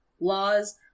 laws